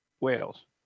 Wales